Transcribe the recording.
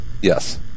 Yes